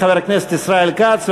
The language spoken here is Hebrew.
חבר הכנסת ישראל כץ,